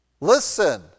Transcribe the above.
Listen